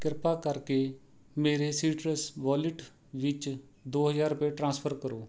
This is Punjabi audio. ਕਿਰਪਾ ਕਰਕੇ ਮੇਰੇ ਸੀਟਰਸ ਵਾਲਟ ਵਿੱਚ ਦੋ ਹਜ਼ਾਰ ਰੁਪਏ ਟਰਾਂਸਫਰ ਕਰੋ